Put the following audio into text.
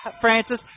Francis